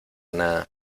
nada